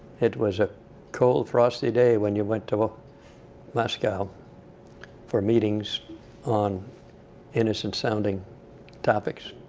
it was a cold, frosty day when you went to ah moscow for meetings on innocent-sounding topics.